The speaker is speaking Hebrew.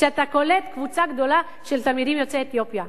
כשאתה קולט קבוצה גדולה של תלמידים יוצאי אתיופיה?